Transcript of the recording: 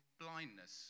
blindness